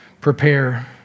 prepare